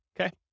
Okay